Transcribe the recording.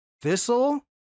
thistle